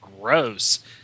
Gross